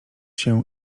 się